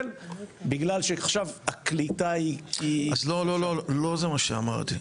בגלל שעכשיו הקליטה היא --- אז לא זה מה שאמרתי.